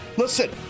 Listen